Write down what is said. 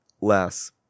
less